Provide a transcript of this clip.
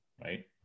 right